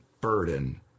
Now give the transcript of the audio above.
burden